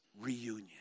reunion